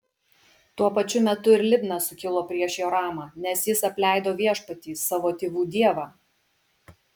tuo pačiu metu ir libna sukilo prieš joramą nes jis apleido viešpatį savo tėvų dievą